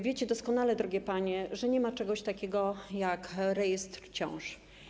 Wiecie doskonale, drogie panie, że nie ma czegoś takiego jak rejestr ciąż.